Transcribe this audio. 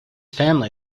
family